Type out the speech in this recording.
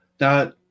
Now